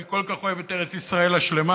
אני כל כך אוהב את ארץ ישראל השלמה,